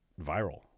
viral